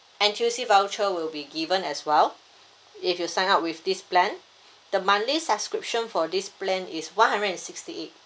N_T_U_C voucher will be given as well if you sign up with this plan the monthly subscription for this plan is one hundred and sixty eight